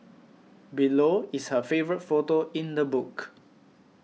below is her favourite photo in the book